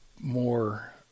more